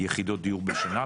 יחידות דיור בשנה,